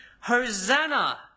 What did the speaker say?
Hosanna